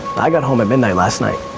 i got home at midnight last night.